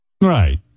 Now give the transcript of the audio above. Right